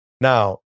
Now